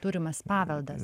turimas paveldas